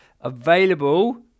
available